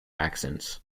accents